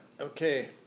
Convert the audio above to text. okay